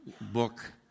book